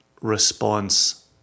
response